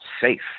safe